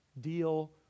deal